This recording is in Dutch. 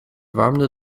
warmde